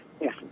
Yes